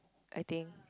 I think